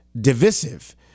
divisive